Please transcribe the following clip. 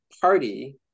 party